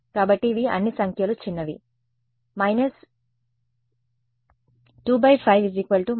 కాబట్టి ఇవి అన్ని సంఖ్యలు చిన్నవి మైనస్ 25 0